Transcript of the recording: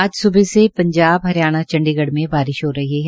आज सुबह से पंजाब हरियाणा और चंडीगढ़ में बारिश हो रही है